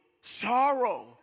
sorrow